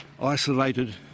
isolated